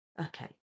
Okay